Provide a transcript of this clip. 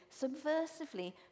subversively